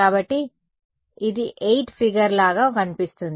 కాబట్టి ఇది 8 ఫిగర్ లాగా కనిపిస్తుంది